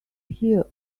hear